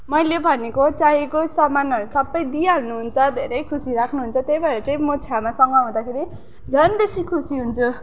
मैले भनेको चाहिएको सामानहरू सबै दिइहाल्नु हुन्छ धेरै खुसी राख्नु हुन्छ त्यही भएर चाहिँ म छ्यामासँग हुँदाखेरि झन् बेसी खुसी हुन्छु